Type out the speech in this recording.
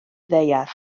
ddaear